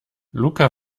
luca